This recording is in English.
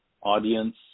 audience